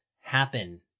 happen